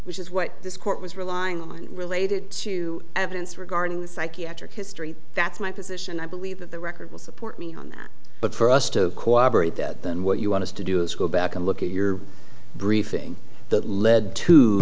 which is what this court was relying on related to evidence regarding the psychiatric history that's my position i believe that the record will support me on that but for us to cooperate that then what you want to do is go back and look at your briefing that led to